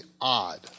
odd